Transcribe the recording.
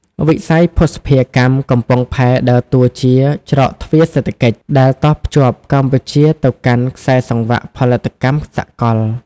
វិស័យភស្តុភារកម្មកំពង់ផែដើរតួជា "ច្រកទ្វារសេដ្ឋកិច្ច" ដែលតភ្ជាប់កម្ពុជាទៅកាន់ខ្សែសង្វាក់ផលិតកម្មសកល។